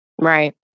Right